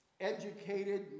educated